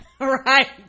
right